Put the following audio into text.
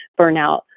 burnout